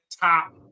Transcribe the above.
top